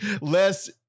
less